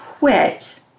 Quit